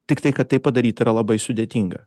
tiktai kad tai padaryt yra labai sudėtinga